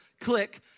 click